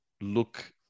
look